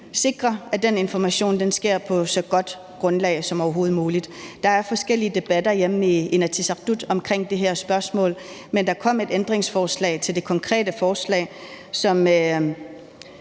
sikrer, at den information kommer på så godt et grundlag som overhovedet muligt. Der er forskellige debatter hjemme i Inatsisartut om det her spørgsmål, men der kom et ændringsforslag til det konkrete forslag –